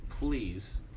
please